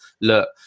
look